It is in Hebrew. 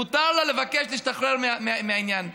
מותר לה לבקש להשתחרר מהעניין.